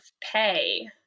pay